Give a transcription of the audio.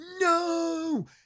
No